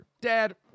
Dad